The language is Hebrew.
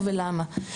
ולמה?